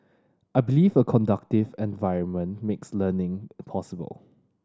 I believe a conducive environment makes learning possible